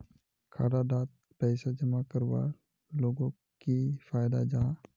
खाता डात पैसा जमा करवार लोगोक की फायदा जाहा?